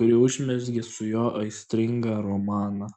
kuri užmezgė su juo aistringą romaną